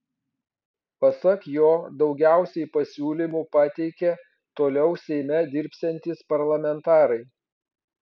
pasak jo daugiausiai pasiūlymų pateikė toliau seime dirbsiantys parlamentarai